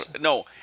No